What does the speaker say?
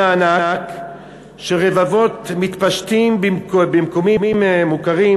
הענק של רבבות מתפשטים במקומות מוכרים,